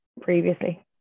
previously